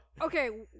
Okay